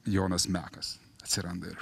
jonas mekas atsiranda ir